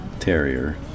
Terrier